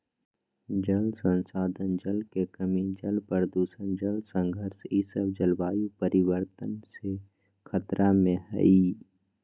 जल संसाधन, जल के कमी, जल प्रदूषण, जल संघर्ष ई सब जलवायु परिवर्तन से खतरा में हइ